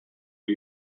are